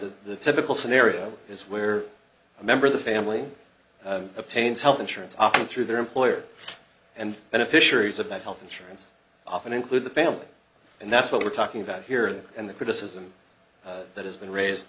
of the typical scenario is where a member of the family obtains health insurance through their employer and beneficiaries of that health insurance often include the family and that's what we're talking about here and the criticism that has been raised